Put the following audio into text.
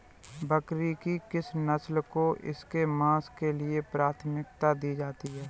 बकरी की किस नस्ल को इसके मांस के लिए प्राथमिकता दी जाती है?